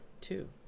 two